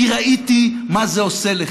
כי ראיתי מה זה עושה לך.